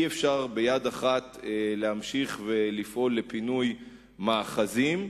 אי-אפשר ביד אחת להמשיך ולפעול לפינוי מאחזים,